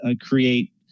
create